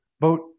vote